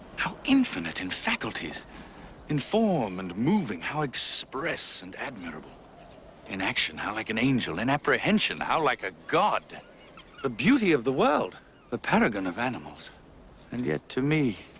how infinite in faculties in form and moving, how express and admirable in action how like an angel. in apprehension, how like a god beauty of the world the paragon of animals and yet, to me